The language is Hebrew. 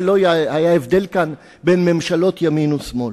ולא היה הבדל כאן בין ממשלות ימין לשמאל.